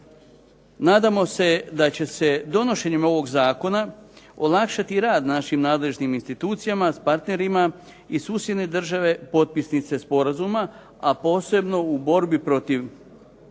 nadamo se da će se donošenjem ovog zakona olakšati rad našim nadležnim institucijama s partnerima i susjedne države potpisnice sporazuma, a posebno u borbi protiv